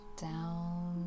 down